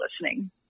listening